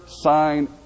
sign